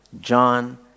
John